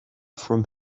from